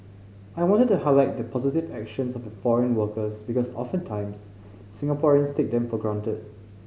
I wanted to highlight the positive actions of the foreign workers because oftentimes Singaporeans take them for granted